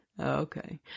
Okay